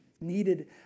needed